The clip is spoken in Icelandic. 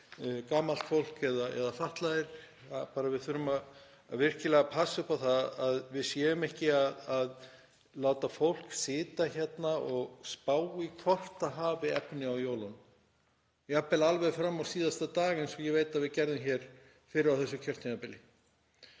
gamalt fólk eða fatlaðir. Við þurfum virkilega að passa upp á það að við séum ekki að láta fólk sitja og spá í hvort það hafi efni á jólunum, jafnvel alveg fram á síðasta dag, eins og ég veit að við gerðum hér fyrr á þessu kjörtímabili.